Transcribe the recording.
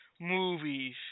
movies